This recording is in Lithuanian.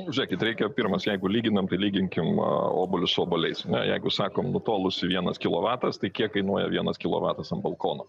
žiūrėkit pirmas jeigu lyginam tai lyginkim obuolius su obuoliais ane jeigu sakom nutolusi vienas kilovatas tai kiek kainuoja vienas kilovatas ant balkono